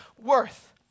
worth